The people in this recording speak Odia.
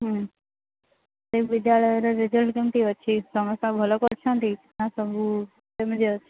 ହୁଁ ସେ ବିଦ୍ୟାଳୟରେ ରେଜଲ୍ଟ କେମିତି ଅଛି ସମସ୍ତେ ଭଲ କରିଛନ୍ତି ନା ସବୁ କେମିତି ଅଛି